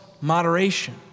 moderation